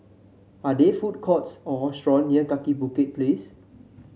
are there food courts or restaurant near Kaki Bukit Place